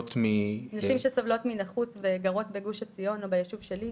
נשים שסובלות מנכות וגרות בגוש עציון או ביישוב שלי,